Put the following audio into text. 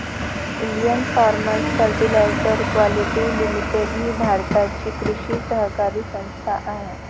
Indian Farmers Fertiliser Quality Limited ही भारताची कृषी सहकारी संस्था आहे